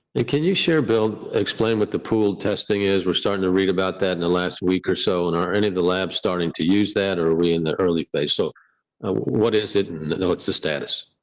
and can you share, build, explain what the pool testing is? we're starting to read about that in the last week or so and are any of the labs starting to use that or re in the early face? so what is it? and and you know, it's the status.